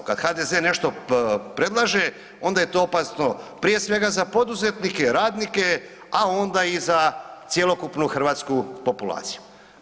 Kad HDZ nešto predlaže onda je to opasno prije svega za poduzetnike, radnike, a onda i za cjelokupnu hrvatsku populaciju.